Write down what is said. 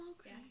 okay